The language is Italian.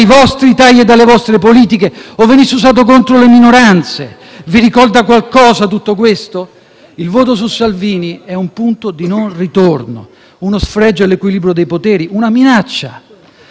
Il voto su Salvini è un punto di non ritorno; uno sfregio all'equilibrio dei poteri; una minaccia a quella libertà di ogni cittadino, che è inviolabile, come quella dei 177 della nave Diciotti.